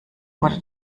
wurde